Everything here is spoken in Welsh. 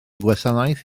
gwasanaeth